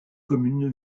commune